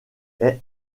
est